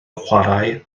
chwarae